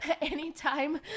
anytime